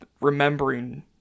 remembering